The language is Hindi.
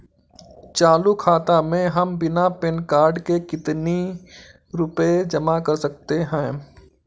चालू खाता में हम बिना पैन कार्ड के कितनी रूपए जमा कर सकते हैं?